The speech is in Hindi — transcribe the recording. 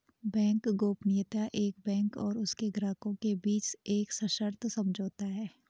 बैंक गोपनीयता एक बैंक और उसके ग्राहकों के बीच एक सशर्त समझौता है